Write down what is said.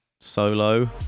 solo